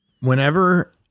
whenever